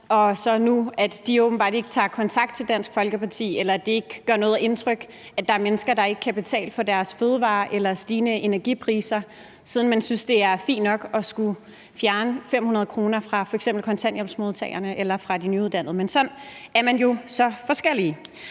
gået fra at være dem, der forsvarer den lille mand, til, at det nu åbenbart ikke gør noget indtryk på dem, at der er mennesker, der ikke kan betale for deres fødevarer eller klare de stigende energipriser, siden man synes, det er fint nok at skulle fjerne 500 kr. fra f.eks. kontanthjælpsmodtagerne eller de nyuddannede. Men sådan er vi jo så forskellige.